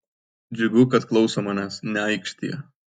džiugu kad klauso manęs nesiaikštija